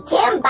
Tim